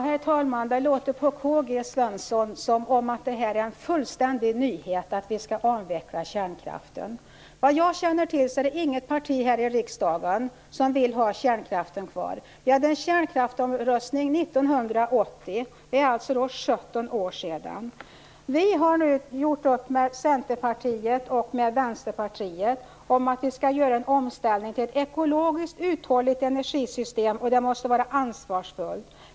Herr talman! Det låter på Karl-Gösta Svenson som att det är en fullständig nyhet att vi skall avveckla kärnkraften. Såvitt jag känner till är det inget parti här i riksdagen som vill ha kärnkraften kvar. Vi hade en folkomröstning om kärnkraften 1980. Det är alltså 17 år sedan. Vi har nu gjort upp med Centerpartiet och med Vänsterpartiet om att vi skall göra en omställning till ett ekologiskt uthålligt energisystem. Och det måste göras ansvarsfullt.